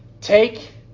Take